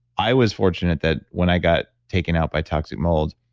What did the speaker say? i was fortunate that when i got taken out by toxic mold,